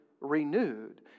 renewed